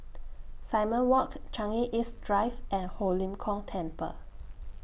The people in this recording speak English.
Simon Walk Changi East Drive and Ho Lim Kong Temple